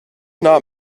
not